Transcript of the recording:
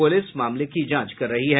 police मामले की जांच कर रही है